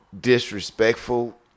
disrespectful